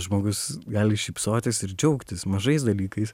žmogus gali šypsotis ir džiaugtis mažais dalykais